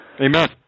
Amen